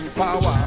power